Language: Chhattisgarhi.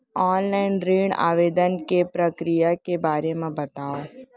ऑनलाइन ऋण आवेदन के प्रक्रिया के बारे म बतावव?